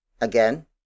Again